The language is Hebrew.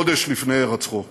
חודש לפני הירצחו.